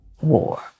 War